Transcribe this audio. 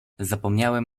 zapomniałem